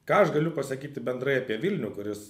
ką aš galiu pasakyti bendrai apie vilnių kuris